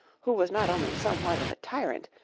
who was not only somewhat of a tyrant,